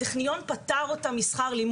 הטכניון פטר אותם משכ"ל,